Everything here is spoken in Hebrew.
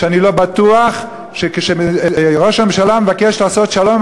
שאני לא בטוח שכשראש הממשלה מבקש לעשות שלום עם